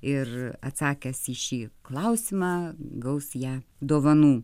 ir atsakęs į šį klausimą gaus ją dovanų